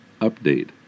Update